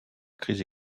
crise